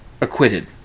acquitted